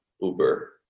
Uber